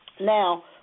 Now